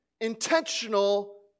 intentional